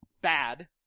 bad